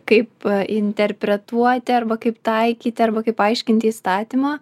kaip interpretuoti arba kaip taikyti arba kaip paaiškinti įstatymą